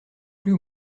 plus